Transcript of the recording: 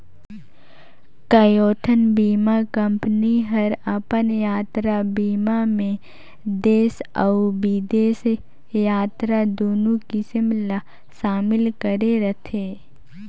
कयोठन बीमा कंपनी हर अपन यातरा बीमा मे देस अउ बिदेस यातरा दुनो किसम ला समिल करे रथे